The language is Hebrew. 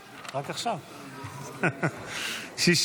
נתקבל.